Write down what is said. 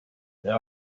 there